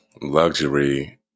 luxury